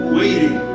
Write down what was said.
waiting